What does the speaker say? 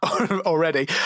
already